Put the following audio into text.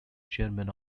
chairman